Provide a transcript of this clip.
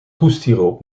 hoestsiroop